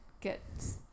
get